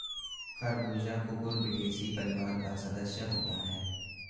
खरबूजा कुकुरबिटेसी परिवार का सदस्य होता है